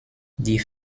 die